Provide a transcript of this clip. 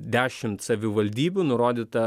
dešimt savivaldybių nurodyta